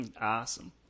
awesome